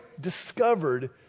discovered